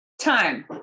time